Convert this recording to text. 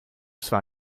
zwar